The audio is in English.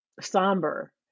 somber